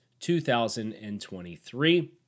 2023